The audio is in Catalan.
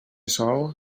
sol